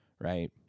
Right